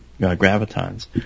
gravitons